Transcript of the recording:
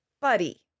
buddy